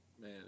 man